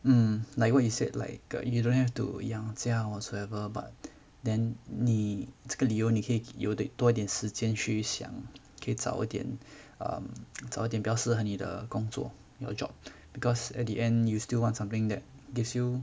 um like what you said like you don't have to 养家 whatsoever but then 你这个理由你可以有点多点时间去想可以找一点 um 找一点比较适合你的工作 your job because at the end you still want something that gives you